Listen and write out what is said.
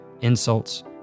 insults